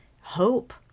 hope